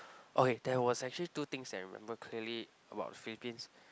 okay there was actually two things that I remember clearly about Philippines